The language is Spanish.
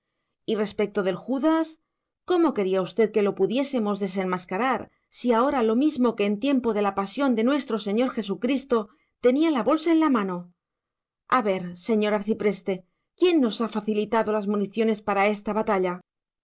y respecto del judas cómo quería usted que lo pudiésemos desenmascarar si ahora lo mismo que en tiempo de la pasión de nuestro señor jesucristo tenía la bolsa en la mano a ver señor arcipreste quién nos ha facilitado las municiones para esta batalla